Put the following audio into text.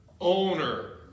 owner